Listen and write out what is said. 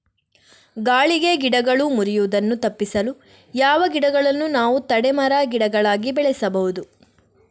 ಗಾಳಿಗೆ ಗಿಡಗಳು ಮುರಿಯುದನ್ನು ತಪಿಸಲು ಯಾವ ಗಿಡಗಳನ್ನು ನಾವು ತಡೆ ಮರ, ಗಿಡಗಳಾಗಿ ಬೆಳಸಬಹುದು?